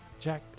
Jack